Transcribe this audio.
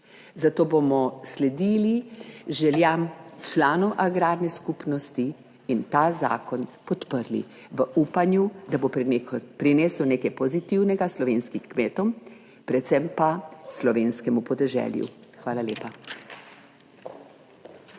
zato bomo sledili željam članov agrarne skupnosti in ta zakon podprli v upanju, da bo prinesel nekaj pozitivnega slovenskim kmetom, predvsem pa slovenskemu podeželju. Hvala lepa.